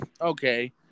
okay